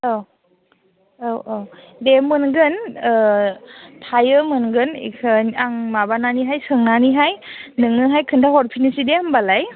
औ औ औ दे मोनगोन थायो मोनगोन ओमफ्राय आङो माबानैहाय सोंनानैहाय नोंनोहाय खोन्थाहरफिननोसै दे होम्बालाय